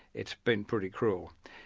it's been pretty cruel.